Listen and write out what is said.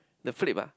the flip ah